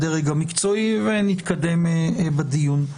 הדרג המקצועי ונתקדם בדיון.